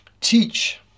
teach